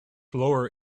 lower